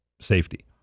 safety